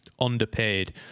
underpaid